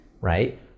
right